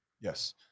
Yes